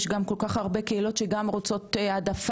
יש גם כל כך הרבה קהילות שגם רוצות העדפה.